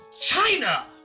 China